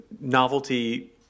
novelty